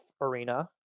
arena